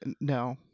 No